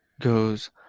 goes